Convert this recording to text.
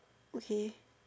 okay